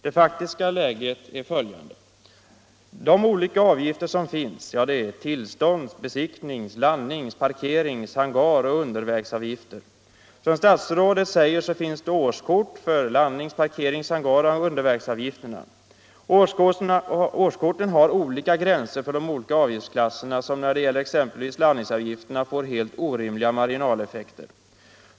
Det faktiska läget är följande: De olika avgifterna är tillstånds-, besiktnings-, landnings-, parkerings-, hangaroch undervägsavgifter. Såsom statsrådet säger finns det årskort för landnings-, parkerings-, hangaroch undervägsavgifterna. Årskorten har olika gränser för de olika avgiftsklasserna, som när det gäller exempelvis landningsavgifterna får helt orimliga marginaleffekter.